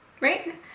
right